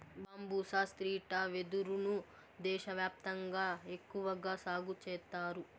బంబూసా stricta వెదురు ను దేశ వ్యాప్తంగా ఎక్కువగా సాగు చేత్తారు